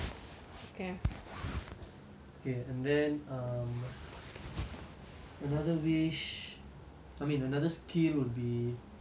okay and then um another wish I mean another skill would be I guess to play football well